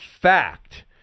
fact